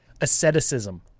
Asceticism